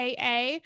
AA